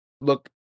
Look